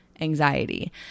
anxiety